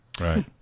Right